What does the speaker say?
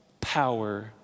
power